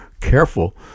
careful